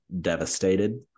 devastated